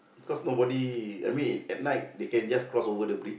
cause nobody I mean at night they just cross over the bridge